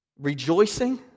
rejoicing